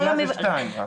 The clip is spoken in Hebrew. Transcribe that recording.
לא, בכפייה יש רק שתיים.